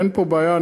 אין פה בעיה.